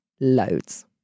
loads